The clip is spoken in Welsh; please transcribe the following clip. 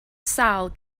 sâl